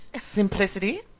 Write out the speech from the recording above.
Simplicity